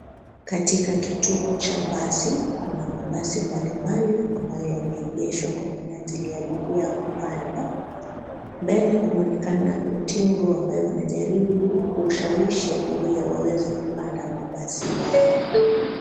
Katika kituo cha basi, kuna mabasi mbalimbali ambayo yameegeshwa kwa minajili ya abiria kupanda, mbele kunaonekana utingo ambaye wanajaribu kushawishi abiria waweze kupanda mabasi yao.